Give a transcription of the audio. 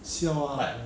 siao ah